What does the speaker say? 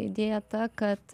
idėja ta kad